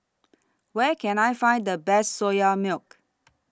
Where Can I Find The Best Soya Milk